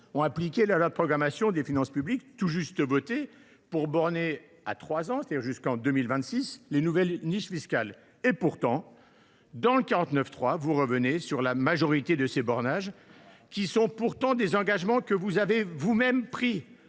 a appliqué la loi de programmation des finances publiques (LPFP), tout juste votée, pour borner à trois ans, soit jusqu’en 2026, les nouvelles niches fiscales. Pourtant, dans le 49.3, vous revenez sur la majorité de ces bornages, qui sont pourtant des engagements que vous avez vous mêmes pris,